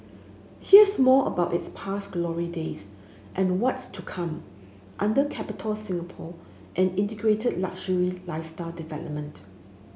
here's more about its past glory days and what's to come under Capitol Singapore an integrated luxury lifestyle development